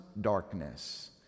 darkness